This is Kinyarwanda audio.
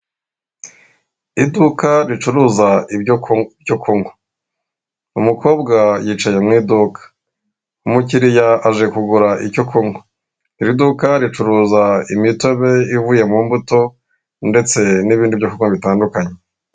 Iduka ricuruza ibyo kunywa, umukobwa yicaye mu iduka, umukiliya aje kugura icyo kunywa, iri duka ricuruza imitobe ivuye mu mbuto ndetse n'ibindi byo kunywa bitandukanye.